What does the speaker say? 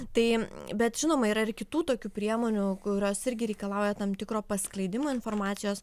tai bet žinoma yra ir kitų tokių priemonių kurios irgi reikalauja tam tikro paskleidimo informacijos